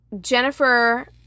Jennifer